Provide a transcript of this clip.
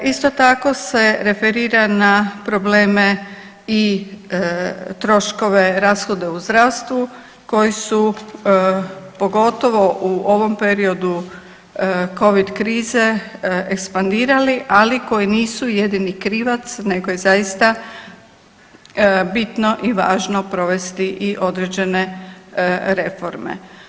Isto tako se referira na probleme i troškove rashoda u zdravstvu koji su pogotovo u ovom periodu Covid krize ekspandirali, ali koji nisu jedini krivac, nego je zaista bitno i važno provesti i određene reforme.